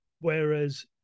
Whereas